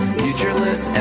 futureless